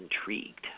intrigued